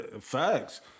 Facts